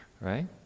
right